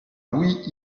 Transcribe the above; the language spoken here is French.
louis